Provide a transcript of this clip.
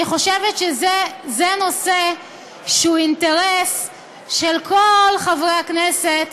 אני חושבת שזה נושא שהוא אינטרס של כל חברי הכנסת